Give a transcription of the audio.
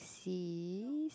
sea